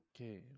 Okay